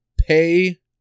pay